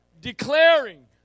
declaring